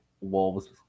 wolves